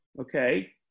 okay